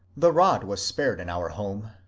the rod was spared in our home,